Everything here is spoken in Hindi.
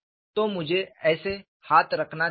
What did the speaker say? तो मुझे ऐसे हाथ रखना चाहिए